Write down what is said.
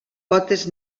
potes